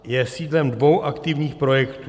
Je sídlem dvou aktivních projektů.